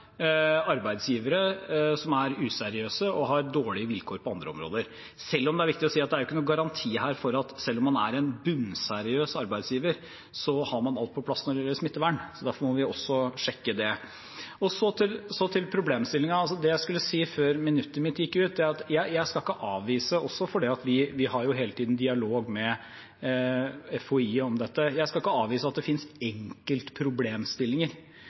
er viktig å si at det er ikke noen garanti her for at man, selv om man er en bunnseriøs arbeidsgiver, har alt på plass når det gjelder smittevern. Derfor må vi også sjekke det. Så til problemstillingen og det jeg skulle si før minuttet mitt gikk ut: Jeg skal ikke avvise – også fordi vi hele tiden har dialog med FHI om dette – at det finnes enkelte problemstillinger som kan være utfordrende, og da har vi dialog og snakker med FHI om det. Men mitt poeng er at